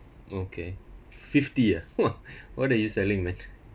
okay fifty ah !wah! what are you selling man